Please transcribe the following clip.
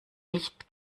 nicht